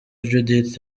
judith